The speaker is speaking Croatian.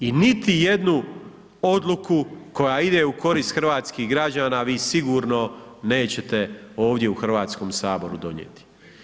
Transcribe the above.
I niti jednu odluku koja ide u korist hrvatskih građana vi sigurno nećete ovdje u Hrvatskom saboru donijeti.